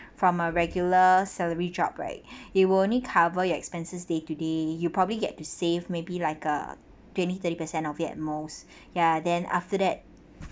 from a regular salary job right it will only cover your expenses day to day you probably get to save maybe like a twenty thirty per cent of that most ya then after that